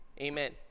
Amen